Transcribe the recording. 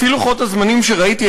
לפי לוחות הזמנים שראיתי,